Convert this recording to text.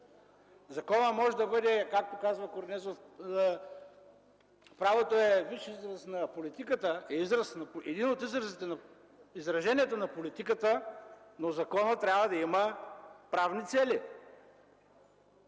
Законът може да бъде, както казва Корнезов, правото е висш израз на политиката, изражението на политиката, но в закона трябва да има правни цели.